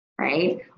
Right